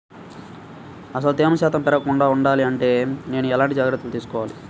అసలు తేమ శాతం పెరగకుండా వుండాలి అంటే నేను ఎలాంటి జాగ్రత్తలు తీసుకోవాలి?